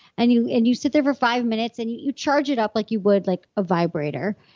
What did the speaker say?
and you and you sit there for five minutes, and you you charge it up like you would like a vibrator.